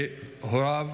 והוריו